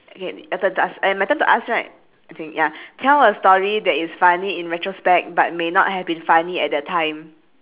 okay your turn to ask eh my turn to ask right I think ya tell a story that is funny in retrospect but may not have been funny at that time